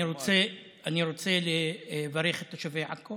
אני רוצה לברך את תושבי עכו